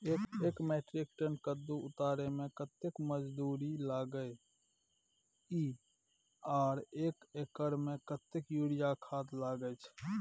एक metric tonne कद्दू उतारे में कतेक मजदूरी लागे इ आर एक एकर में कतेक यूरिया खाद लागे छै?